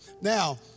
Now